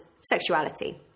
sexuality